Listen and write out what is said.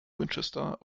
winchester